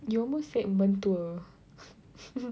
you almost said mentua